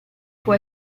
può